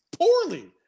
poorly